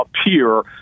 appear